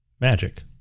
magic